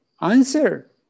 answer